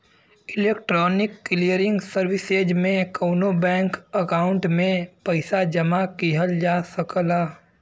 electronic clearing services में कउनो bank account में पइसा जमा किहल जा सकला